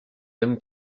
même